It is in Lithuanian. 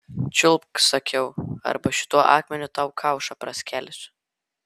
čiulpk sakiau arba šituo akmeniu tau kaušą praskelsiu